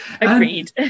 Agreed